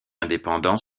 indépendants